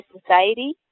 society